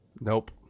Nope